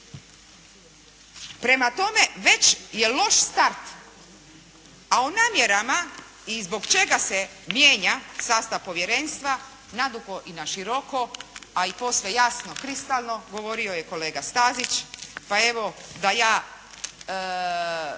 Prema tome, već je loš start, a o namjerama i zbog čega se mijenja sastav povjerenstva nadugo i naširoko, a i posve jasno, kristalno, govorio je kolega Stazić. Pa, evo, da ja